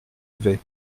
vais